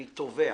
אני תובע,